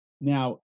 Now